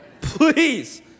Please